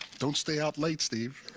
don't stay out late, steve.